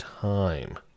time